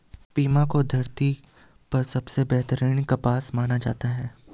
Pima को धरती पर सबसे बेहतरीन कपास माना जाता है